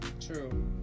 True